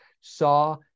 saw